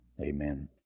Amen